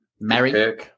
Mary